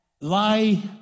lie